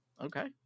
okay